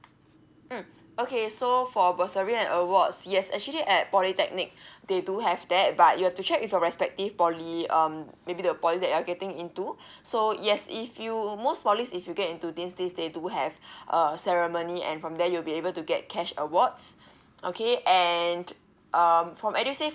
mm okay so for bursary at awards yes actually at polytechnic they do have that but you have to check with your respective poly um maybe the poly that you're getting into so yes if you most always if you get into this this they do have a a ceremony and from there you'll be able to get cash awards okay and um from edusave